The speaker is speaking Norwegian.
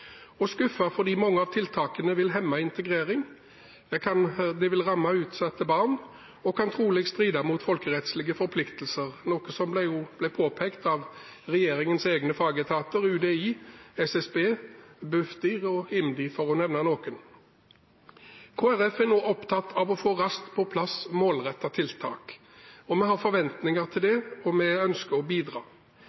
mange av tiltakene vil hemme integrering. De vil ramme utsatte barn og kan trolig stride mot folkerettslige forpliktelser, noe som jo ble påpekt av regjeringens egne fagetater UDI, SSB, Bufdir og IMDI, for å nevne noen. Kristelig Folkeparti er nå opptatt av å få raskt på plass målrettede tiltak. Vi har forventninger om det,